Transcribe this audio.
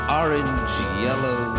orange-yellow